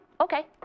Okay